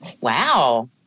Wow